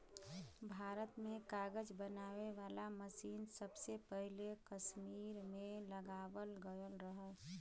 भारत में कागज बनावे वाला मसीन सबसे पहिले कसमीर में लगावल गयल रहल